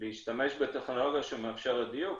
להשתמש בטכנולוגיה שמאפשרת דיוק.